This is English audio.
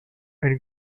and